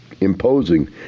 imposing